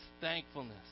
thankfulness